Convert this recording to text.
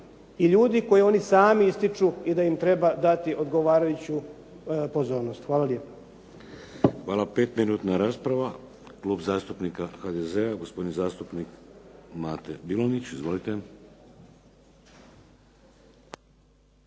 i ljudi koji oni sami ističu i da im treba dati odgovarajuću pozornost. Hvala lijepa. **Šeks, Vladimir (HDZ)** Hvala. 5-minutna rasprava. Klub zastupnika HDZ-a, gospodin zastupnik Mato Bilonjić. Izvolite.